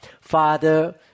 Father